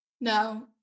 No